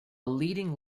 leading